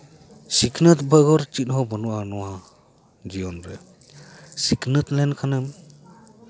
ᱥᱤᱠᱷᱱᱟᱹᱛ ᱵᱮᱜᱚᱨ ᱪᱮᱫ ᱦᱚᱸ ᱵᱟᱹᱱᱩᱜᱼᱟ ᱱᱚᱶᱟ ᱡᱤᱭᱚᱱ ᱨᱮ ᱥᱤᱠᱷᱱᱟᱹᱛ ᱞᱮᱱᱠᱷᱟᱱᱮᱢ